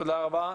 תודה רבה.